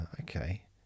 Okay